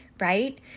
right